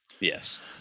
Yes